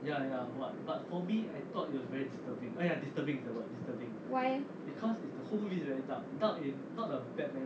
why eh